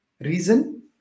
reason